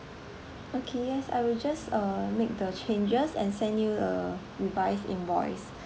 okay yes I will just uh make the changes and send you a revised invoice